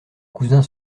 cousins